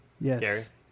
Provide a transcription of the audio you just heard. Yes